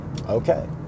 okay